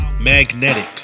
magnetic